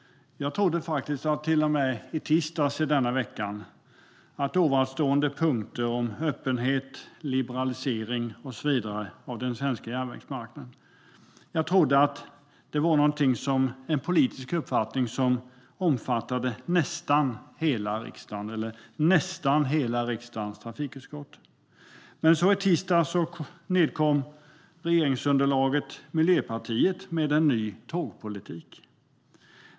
Jag trodde fram till i tisdags i denna vecka att ovanstående punkter om öppenhet och liberalisering av den svenska järnvägsmarknaden och så vidare var en politisk uppfattning som omfattade nästan hela riksdagens trafikutskott. Men i tisdags kom så regeringsunderlaget Miljöpartiet med en ny tågpolitik.